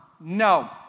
No